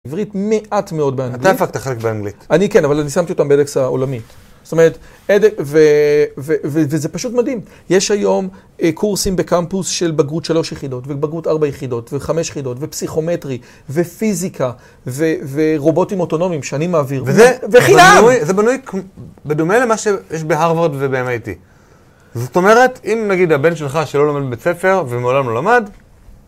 עברית מעט מאוד באנגלית. אתה הפקת חלק באנגלית. אני כן, אבל אני שמתי אותם בלקס העולמית. זאת אומרת, וזה פשוט מדהים. יש היום קורסים בקמפוס של בגרות שלוש יחידות, ובגרות ארבע יחידות, וחמש יחידות, ופסיכומטרי, ופיזיקה, ורובוטים אוטונומיים שאני מעביר. וחינם! זה בנוי בדומה למה שיש בהרווארד וב MIT. זאת אומרת, אם נגיד הבן שלך שלא לומד בבית ספר ומעולם לא למד,